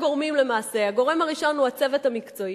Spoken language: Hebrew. למעשה: הגורם הראשון הוא הצוות המקצועי,